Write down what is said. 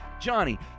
johnny